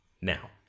Now